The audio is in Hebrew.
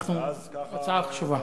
הצעה חשובה.